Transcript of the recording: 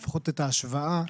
לפחות השוואה,